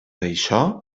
això